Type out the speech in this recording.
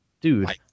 dude